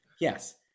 Yes